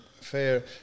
fair